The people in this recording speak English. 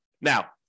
Now